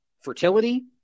fertility